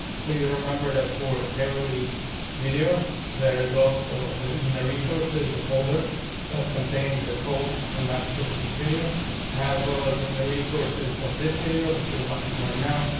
please remember that for every video there is also there in the resource is the folder that contains the code from that specific video as well as in. the resource is of this video that you're watching right now,